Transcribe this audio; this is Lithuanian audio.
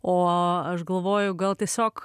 o aš galvoju gal tiesiog